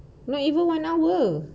not even one hour